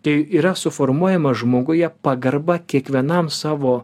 tai yra suformuojama žmoguje pagarba kiekvienam savo